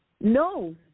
No